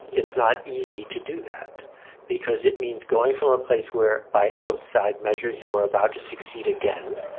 it's not easy to do that because it means going from a place where by outside measures, you are about to succeed again,